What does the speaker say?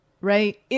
right